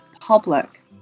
public